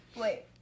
Wait